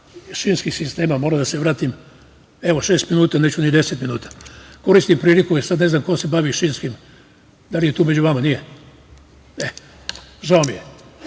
šinskih sistema, moram da se vratim, evo, šest minuta, neću ni deset minuta. Koristim priliku, e sad ne znam ko se bavi šinskim, da li je tu među vama, nije, žao mi je.